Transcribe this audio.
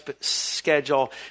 schedule